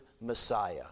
Messiah